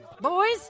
Boys